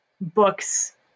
books